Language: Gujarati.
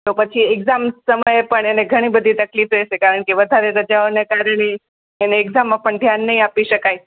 તો પછી એક્ઝામ સમયે પણ એને ઘણી બધી તકલીફ રહેશે કારણ કે વધારે રજાઓને કારણે એને એક્ઝામમાં પણ ધ્યાન નહીં આપી શકાય